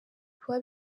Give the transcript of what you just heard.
kuba